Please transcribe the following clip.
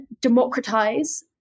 democratize